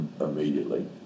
immediately